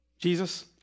Jesus